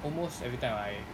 almost every time I